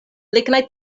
lignaj